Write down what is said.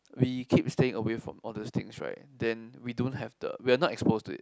we keep staying away from all those things right then we don't have the we're not exposed to it